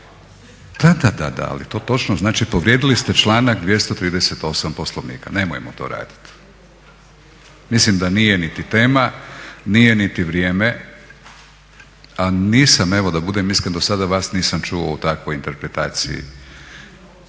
Da, da, da. Ali to točno, znači povrijedili ste članak 238. Poslovnika. Nemojmo to raditi! Mislim da nije niti tema, nije niti vrijeme, a nisam evo da budem iskren do sada vas nisam čuo u takvoj interpretaciji.